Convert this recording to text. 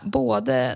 både